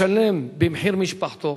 לשלם במחיר משפחתו,